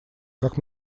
как